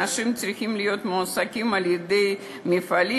אנשים צריכים להיות מועסקים על-ידי מפעלים